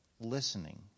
listening